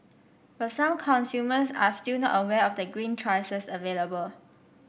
but some consumers are still not aware of the green choices available